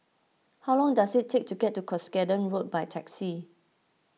how long does it take to get to Cuscaden Road by taxi